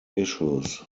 issues